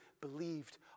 believed